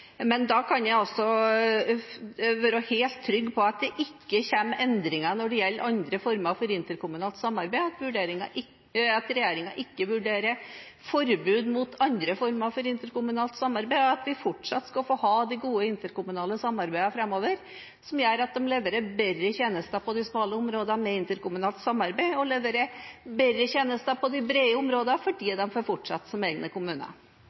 Jeg kan altså være helt trygg på at det ikke kommer endringer når det gjelder andre former for interkommunalt samarbeid, at regjeringen ikke vurderer forbud mot andre former for interkommunalt samarbeid, og at vi fortsatt skal ha de gode interkommunale samarbeidene framover som gjør at de leverer bedre tjenester på de smale områdene med interkommunalt samarbeid og bedre tjenester på de brede områder fordi de får fortsette som egne kommuner?